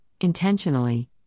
intentionally